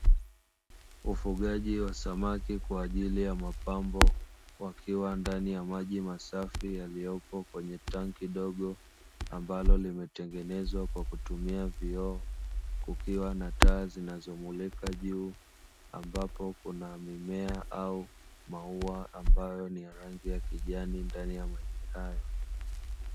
Ufugaji wa samaki kwa ajili ya mapambo, wakiwa ndani ya maji masafi yaliyopo kwenye tanki dogo ambalo limetengenezwa kwa kutumia vioo; kukiwa na taa zinazomulika juu, ambapo kuna mimea au maua ambayo ni ya rangi ya kijani ndani ya maji hayo.